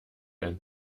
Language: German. ein